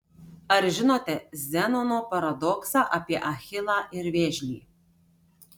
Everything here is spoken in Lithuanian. ar žinote zenono paradoksą apie achilą ir vėžlį